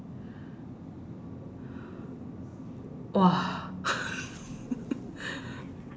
!wah!